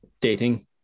dating